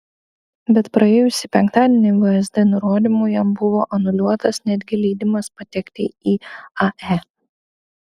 bet praėjusį penktadienį vsd nurodymu jam buvo anuliuotas netgi leidimas patekti į ae